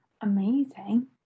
Amazing